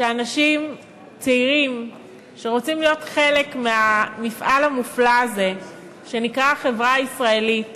שאנשים צעירים שרוצים להיות חלק מהמפעל המופלא הזה שנקרא החברה הישראלית